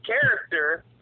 character